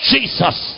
Jesus